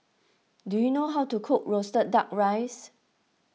do you know how to cook Roasted Duck Rice